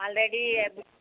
already